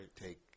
take